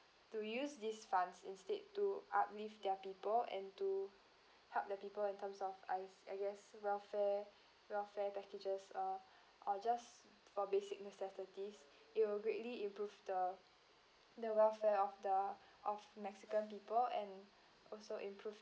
to use these funds instead to uplift their people and to help the people in terms of I I guess welfare welfare packages uh or just for basic necessities it will greatly improve the the welfare of the of mexican people and also improve